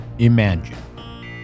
Imagine